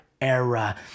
era